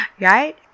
Right